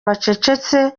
bacecetse